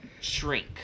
shrink